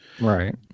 Right